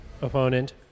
opponent